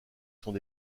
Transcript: sont